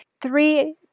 three